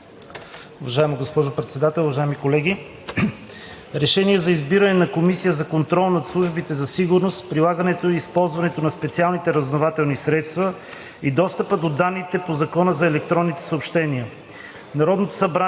към следващия Проект на решение за избиране на Комисия за контрол над службите за сигурност, прилагането и използването на специалните разузнавателни средства и достъпа до данните по Закона за електронните съобщения.